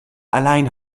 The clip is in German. allein